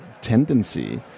tendency